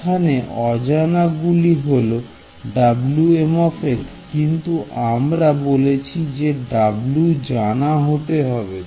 এখানে অজানা গুলি হল Wm কিন্তু আমরা বলেছি যে W জানা হতে হবে